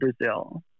Brazil